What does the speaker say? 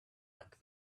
like